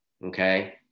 okay